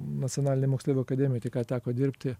nacionalinėj moksleivių akademijoj tik ką teko dirbti